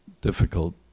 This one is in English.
difficult